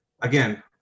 again